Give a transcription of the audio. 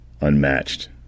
unmatched